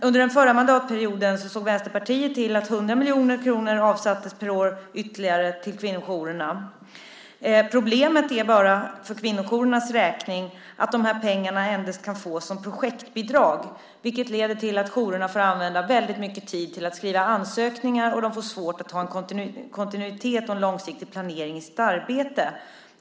Under den förra mandatperioden såg Vänsterpartiet till att ytterligare 100 miljoner kronor per år avsattes till kvinnojourerna. Problemet för kvinnojourerna är bara att dessa pengar endast kan fås som projektbidrag, vilket leder till att jourerna får använda mycket tid till att skriva ansökningar och de får svårt att ha en kontinuitet och en långsiktig planering i sitt arbete.